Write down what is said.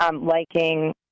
liking